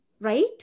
right